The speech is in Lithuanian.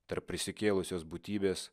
tarp prisikėlusios būtybės